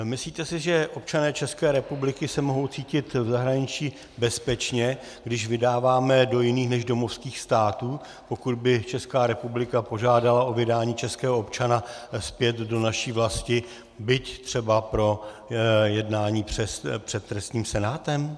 Myslíte si, že občané České republiky se mohou cítit v zahraničí bezpečně, když vydáváme do jiných než domovských států, pokud by Česká republika požádala o vydání českého občana zpět do naší vlasti, byť třeba pro jednání před trestním senátem?